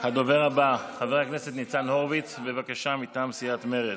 הדובר הבא חבר הכנסת ניצן הורוביץ, מטעם סיעת מרצ.